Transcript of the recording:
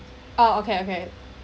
oh okay okay